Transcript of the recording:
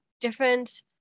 different